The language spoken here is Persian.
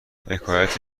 حکایت